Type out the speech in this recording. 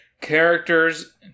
Characters